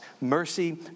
Mercy